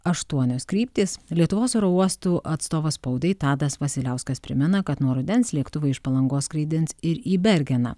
aštuonios kryptys lietuvos oro uostų atstovas spaudai tadas vasiliauskas primena kad nuo rudens lėktuvai iš palangos skraidins ir į bergeną